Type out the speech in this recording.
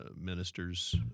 ministers